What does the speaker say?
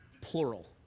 Plural